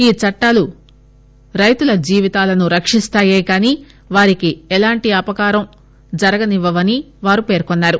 ఈ చట్టాలు రైతుల జీవితాలను రక్షిస్తాయేకాని వారికి ఎలాంటి అపకారం జరగదని వారు పేర్కొన్నారు